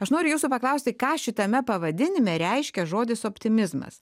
aš noriu jūsų paklausti ką šitame pavadinime reiškia žodis optimizmas